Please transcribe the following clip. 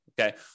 Okay